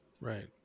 right